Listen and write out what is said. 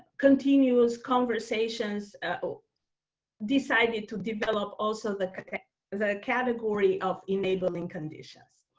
continuous conversations. decided to develop also, the the category of enabling conditions.